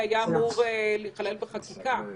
אמור להיכלל בחקיקה.